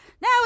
Now